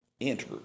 Enter